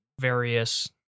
various